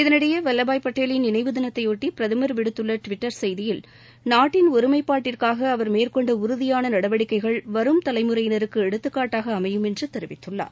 இதனிடையே வல்லபாய் பட்டேலின் நினைவு தினத்தையொட்டி பிரதமர் விடுத்துள்ள டிவிட்டர் செய்தியில் நாட்டின் ஒருமைபாட்டிற்காக அவா மேற்கொண்ட உறதியான நடவடிக்கைகள் வரும் தலைமுறையினருக்கு எடுத்துகாட்டாக அமையுமென்று தெரிவித்துள்ளார்